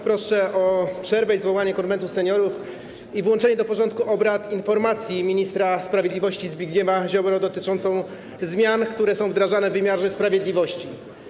Proszę o przerwę i zwołanie Konwentu Seniorów, i włączenie do porządku obrad informacji ministra sprawiedliwości Zbigniewa Ziobry dotyczącej zmian, które są wdrażane w wymiarze sprawiedliwości.